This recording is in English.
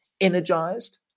energized